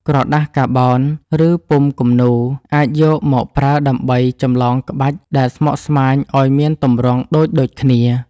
ក្រដាសកាបោន ឬពុម្ពគំនូរ អាចយកមកប្រើដើម្បីចម្លងក្បាច់ដែលស្មុគស្មាញឱ្យមានទម្រង់ដូចៗគ្នា។